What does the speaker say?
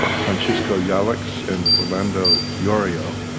francisco jalics and orlando yorio,